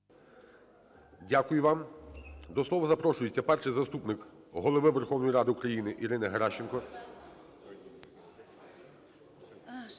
ГОЛОВУЮЧИЙ. До слова запрошується перший заступник Голови Верховної Ради України Ірина Геращенко.